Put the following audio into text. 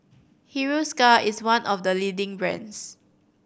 Hiruscar is one of the leading brands